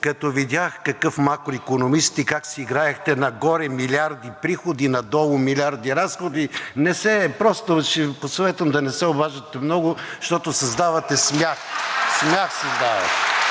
като видях какъв макроикономист сте и как си играехте – нагоре милиарди приходи, надолу милиарди разходи, просто ще Ви посъветвам да не се обаждате много, защото създавате смях – смях създавате.